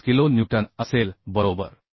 5 kilo newton असेल बरोबर